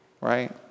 right